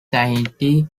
tahiti